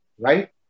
Right